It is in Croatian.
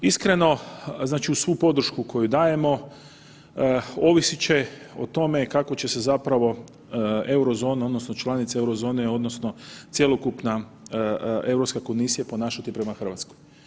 Iskreno, znači uz svu podršku koju dajemo ovisit će o tome kako će se zapravo Eurozona odnosno članice Eurozone odnosno cjelokupna Europska komisija ponašati prema RH.